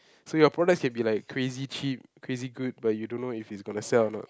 so your product can be like crazy cheap crazy good but you don't know if it's gonna sell or not